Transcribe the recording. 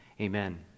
amen